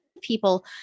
people